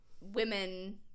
women